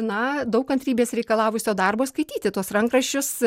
na daug kantrybės reikalavusio darbo skaityti tuos rankraščius